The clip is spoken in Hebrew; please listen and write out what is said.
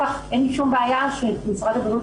צריך להגיד שברוב הפעולות של משרד הבריאות